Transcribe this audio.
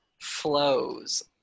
flows